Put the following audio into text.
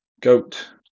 goat